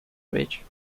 ridge